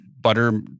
butter